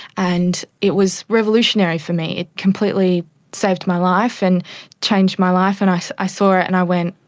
and it was revolutionary for me, it completely saved my life and changed my life. and i saw i saw it and i went,